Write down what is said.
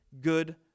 good